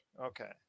Okay